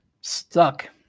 stuck